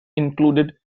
included